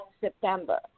September